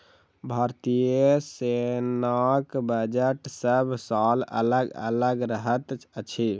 भारतीय सेनाक बजट सभ साल अलग अलग रहैत अछि